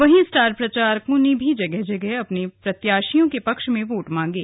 वहीं स्टार प्रचारकों ने भी जगह जगह अपने प्रत्याशियों के पक्ष में वोट मांगे